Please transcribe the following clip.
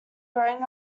growing